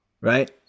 right